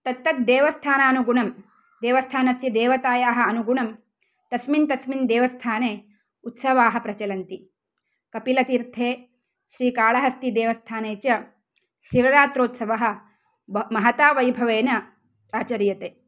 तद् तद् देवस्थानानुगुणं देवस्थानस्य देवतायाः अनुगुणं तस्मिन् तस्मिन् देवस्थाने उत्सवाः प्रचलन्ति कपिलतीर्थे श्रीकाळहस्तिदेवस्थाने च शिवरात्रोत्सवः महता वैभवेन आचरीयते